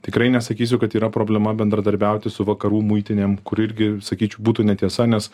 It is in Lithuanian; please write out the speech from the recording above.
tikrai nesakysiu kad yra problema bendradarbiauti su vakarų muitinėm kur irgi sakyčiau būtų netiesa nes